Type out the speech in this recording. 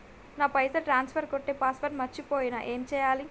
నా పైసల్ ట్రాన్స్ఫర్ కొట్టే పాస్వర్డ్ మర్చిపోయిన ఏం చేయాలి?